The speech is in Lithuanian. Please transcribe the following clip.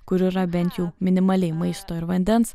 kur yra bent jau minimaliai maisto ir vandens